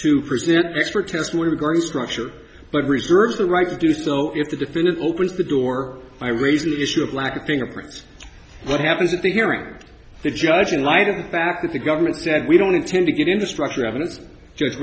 to pursue their expert testimony regarding structure but reserves the right to do so if the defendant opens the door by raising the issue of lack of fingerprints what happens at the hearing the judge in light of the fact that the government said we don't intend to get into structure evidence